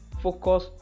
focus